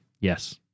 yes